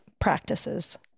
practices